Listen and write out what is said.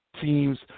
teams